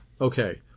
okay